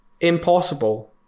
impossible